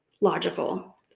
logical